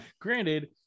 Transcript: granted